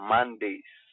Mondays